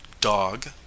Dog